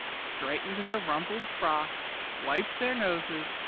straightened their rumpled frocks, wiped their noses,